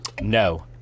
No